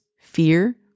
fear